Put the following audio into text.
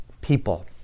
people